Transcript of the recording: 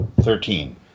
Thirteen